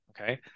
Okay